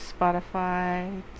Spotify